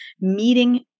meeting